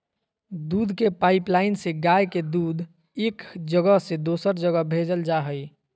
दूध के पाइपलाइन से गाय के दूध एक जगह से दोसर जगह भेजल जा हइ